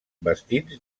vestits